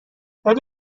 ولی